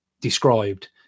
described